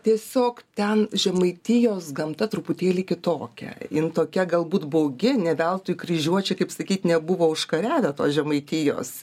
tiesiog ten žemaitijos gamta truputėlį kitokia in tokia galbūt baugi ne veltui kryžiuočiai kaip sakyt nebuvo užkariavę tos žemaitijos